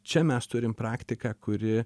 čia mes turim praktiką kuri